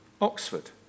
Oxford